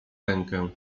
rękę